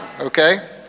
okay